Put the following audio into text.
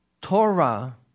Torah